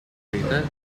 stated